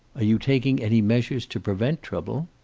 you taking any measures to prevent trouble?